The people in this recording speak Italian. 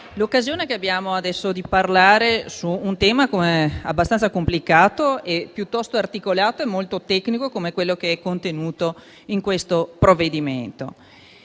occasione di parlare di un tema abbastanza complicato, piuttosto articolato e molto tecnico come quello che è contenuto nel provvedimento